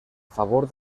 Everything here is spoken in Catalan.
favor